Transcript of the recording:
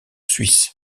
suisse